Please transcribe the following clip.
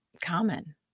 common